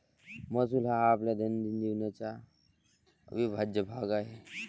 महसूल हा आपल्या दैनंदिन जीवनाचा अविभाज्य भाग आहे